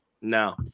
no